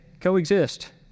coexist